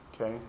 okay